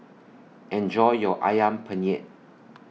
Enjoy your Ayam Penyet